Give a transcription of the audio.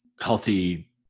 healthy